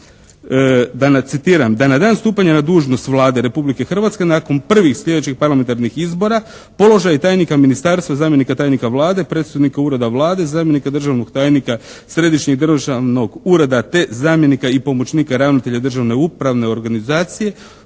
"Da na dan stupanja na dužnost Vlade Republike Hrvatske nakon prvih sljedećih parlamentarnih izbora položaj tajnika ministarstva, zamjenika tajnika Vlade, predstojnika ureda Vlade, zamjenika državnog tajnika Središnjeg državnog ureda te zamjenika i pomoćnika ravnatelja državne upravne organizacije